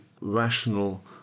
rational